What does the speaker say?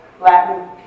Latin